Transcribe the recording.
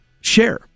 share